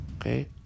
Okay